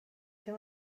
fer